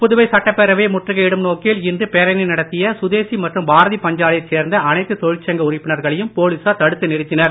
புதுவை சட்டப்பேரவையை முற்றுகை இடும் நோக்கில் இன்று பேரணி நடத்திய சுதேசி மற்றும் பாரதி பஞ்சாலையைச் சேர்ந்த அனைத்து தொழிற்சங்க உறுப்பினர்களையும் போலீசார் தடுத்து நிறுத்தினர்